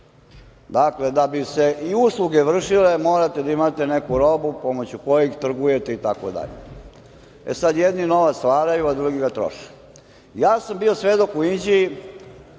Dakle, da bi se i usluge vršile, morate da imate neku robu pomoću koje trgujete itd. Sada, jedni novac stvaraju, a drugi ga troše. Ja sam bio svedok u Inđiji,